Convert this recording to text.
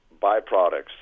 byproducts